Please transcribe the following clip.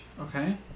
Okay